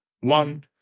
One